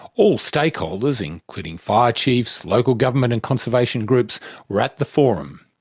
all stakeholders including fire chiefs, local government and conservation groups were at the forum.